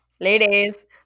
ladies